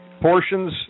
portions